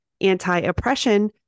anti-oppression